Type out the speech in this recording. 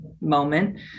moment